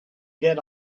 get